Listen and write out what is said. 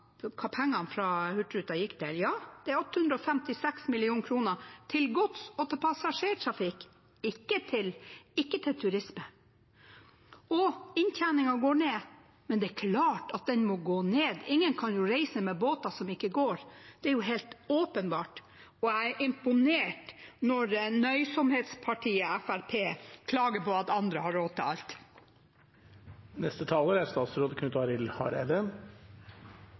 hva pengene fra Hurtigruten gikk til. Ja, det er 856 mill. kr til gods- og passasjertrafikk – ikke til turisme. Og inntjeningen går ned, men det er klart at den må gå ned. Ingen kan jo reise med båter som ikke går. Det er helt åpenbart. Jeg er imponert når nøysomhetspartiet Fremskrittspartiet klager på at andre har råd til alt. Det er fleire representantar som har peikt på at me er